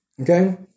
Okay